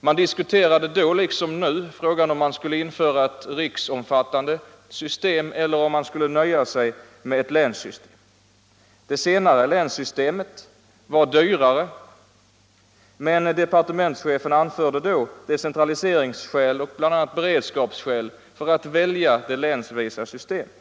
Man diskuterade då liksom nu frågan om man skulle införa ett riksomfattande system eller om man kunde nöja sig med ett länssystem. Länssystemet var dyrare, men departementschefen anförde bl.a. decentraliseringsskäl och beredskapsskäl som fördelar med det länsvisa systemet.